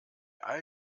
all